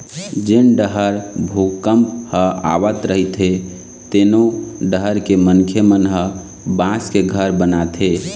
जेन डहर भूपंक ह आवत रहिथे तेनो डहर के मनखे मन ह बांस के घर बनाथे